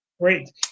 Great